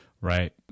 Right